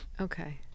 Okay